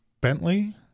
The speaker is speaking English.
Bentley